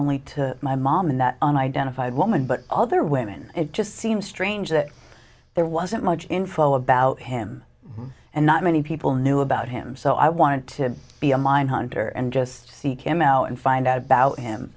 only to my mom and that and identify woman but other women it just seems strange that there wasn't much info about him and not many people knew about him so i wanted to be a mind hunter and just seek him out and find out about him